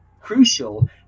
crucial